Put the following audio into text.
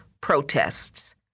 protests